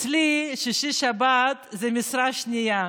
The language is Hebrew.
אצלי שישי-שבת זו משרה שנייה,